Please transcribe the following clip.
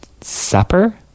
supper